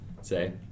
say